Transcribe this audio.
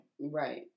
Right